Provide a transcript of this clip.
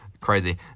Crazy